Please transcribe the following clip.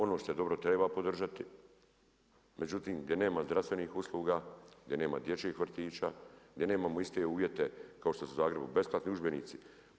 Ono što je dobro treba podržati, međutim gdje nema zdravstvenih usluga, gdje nema dječjih vrtića, gdje nemamo iste uvjete kao što su u Zagrebu besplatni udžbenici.